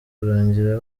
kurangira